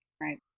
Right